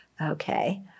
okay